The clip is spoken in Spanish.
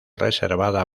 reservada